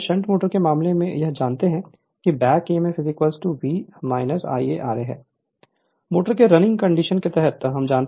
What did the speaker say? अब shunt motor के मामले में हम यह जानते हैं back EMF V Ia ra चल हालत के तहत हम जानते हैं कि तो यह Eb V Ia ra है